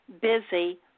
busy